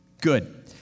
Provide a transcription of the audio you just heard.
Good